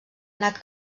anat